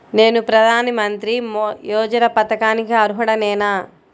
నేను ప్రధాని మంత్రి యోజన పథకానికి అర్హుడ నేన?